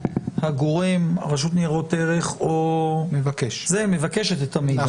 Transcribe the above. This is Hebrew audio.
הגורם או הרשות לניירות ערך מבקשת את המידע.